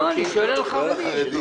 אני שואל על חרדים.